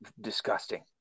disgusting